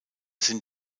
sind